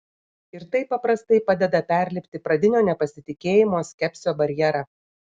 ir tai paprastai padeda perlipti pradinio nepasitikėjimo skepsio barjerą